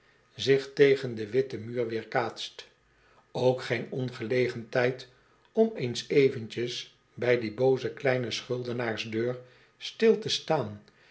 zich tegen den witten muur weerkaatst ook geen ongelegen tijd om eens eventjes bij die booze kleine schuldenaars deur stil te staan